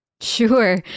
Sure